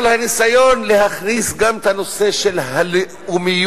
אבל הניסיון להכניס גם את הנושא של הלאומיות,